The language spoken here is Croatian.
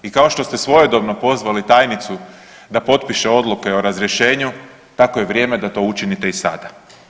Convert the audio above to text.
I kao što ste svojedobno pozvali tajnicu da potpiše odluke o razrješenju tako je vrijeme da to učinite i sada.